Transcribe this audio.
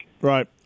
Right